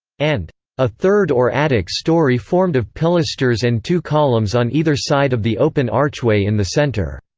and a third or attic story formed of pilasters and two columns on either side of the open archway in the center.